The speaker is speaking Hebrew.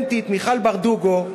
מיכל ברדוגו,